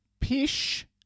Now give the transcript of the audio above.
Pish